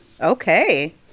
Okay